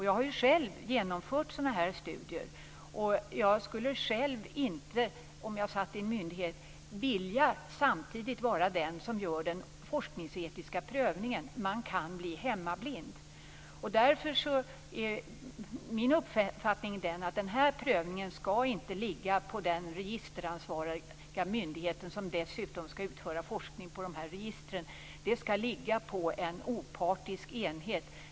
Jag har själv genomfört sådana studier. Jag skulle själv inte om jag satt i en myndighet vilja samtidigt vara den som gör den forskningsetiska prövningen. Man kan bli hemmablind. Min uppfattning är att den här prövningen inte skall ligga på den registeransvariga myndighet som dessutom skall utföra forskning på dessa register. Den skall ligga på en opartisk enhet.